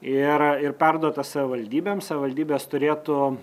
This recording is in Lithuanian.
ir ir perduota savivaldybėms savivaldybės turėtų